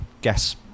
guess